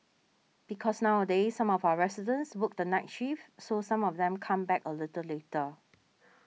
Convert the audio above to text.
because nowadays some of our residents work the night shift so some of them come back a little later